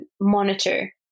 monitor